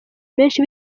menshi